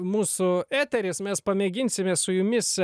mūsų eteris mes pamėginsime su jumis